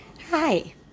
Hi